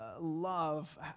love